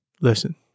Listen